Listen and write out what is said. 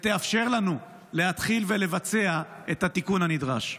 ותאפשר לנו להתחיל לבצע את התיקון הנדרש.